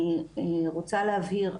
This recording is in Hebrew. אני רוצה להבהיר,